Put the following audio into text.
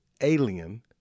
alien